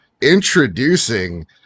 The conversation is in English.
Introducing